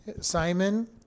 Simon